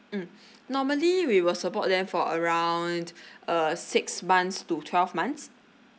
mm normally we will support them for around uh six months to twelve months